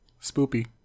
Spoopy